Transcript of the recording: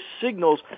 signals